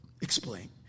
explain